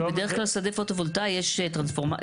בדרך כלל שדה פוטו-וולטאי יש טרנספורמציה,